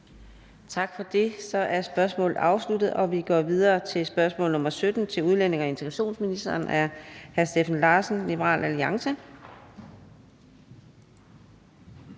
Tak for det. Så er spørgsmålet afsluttet. Vi går videre til spørgsmål nr. 17 til udlændinge- og integrationsministeren af hr. Steffen Larsen, Liberal Alliance.